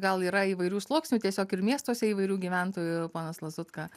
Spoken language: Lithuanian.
gal yra įvairių sluoksnių tiesiog ir miestuose įvairių gyventojų ponas lazutka